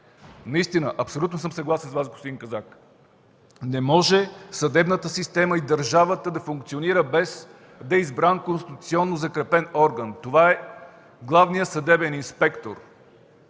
кандидати. Абсолютно съм съгласен с Вас, господин Казак – не може съдебната система и държавата да функционират без да е избран конституционно закрепен орган. Това са главният съдебен инспектор